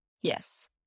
Yes